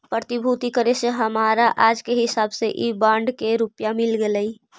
प्रतिभूति करे से हमरा आज के हिसाब से इ बॉन्ड के रुपया मिल गेलइ